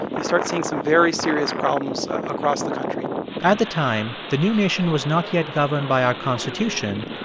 you start seeing some very serious problems across the country at the time, the new nation was not yet governed by our constitution,